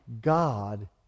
God